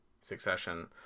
Succession